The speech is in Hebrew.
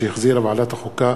שהחזירה ועדת החוקה,